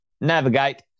navigate